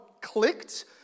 clicked